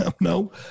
no